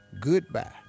goodbye